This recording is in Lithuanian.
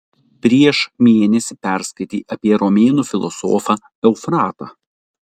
prieš mėnesį perskaitei apie romėnų filosofą eufratą